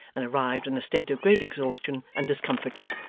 and arrived in a state of great exhaustion and discomfiture.